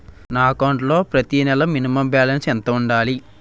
నా అకౌంట్ లో ప్రతి నెల మినిమం బాలన్స్ ఎంత ఉండాలి?